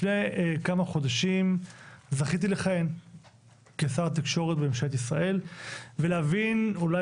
לפני כמה חודשים זכיתי לכהן כשר התקשורת בממשלת ישראל ולהבין אולי